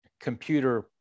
computer